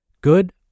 good